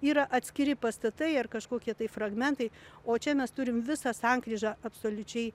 yra atskiri pastatai ar kažkokie tai fragmentai o čia mes turim visą sankryžą absoliučiai